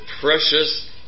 precious